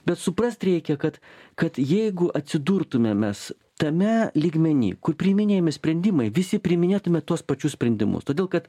bet suprast reikia kad kad jeigu atsidurtumėm mes tame lygmeny kur priiminėjami sprendimai visi priiminėtume tuos pačius sprendimus todėl kad